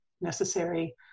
necessary